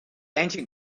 ancient